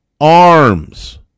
arms